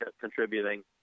contributing